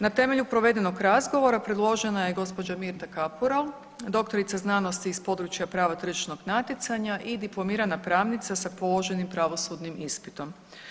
Na temelju provedenog razgovora predložena je gospođa Mirta Kapural, doktorica znanosti iz područja prava tržišnog natjecanja i diplomirana pravnica sa položenim pravosudnim ispitom.